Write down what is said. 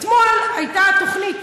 אתמול הייתה תוכנית